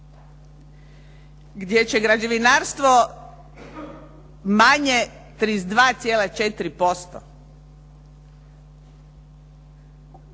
gdje će građevinarstvo manje 32,4%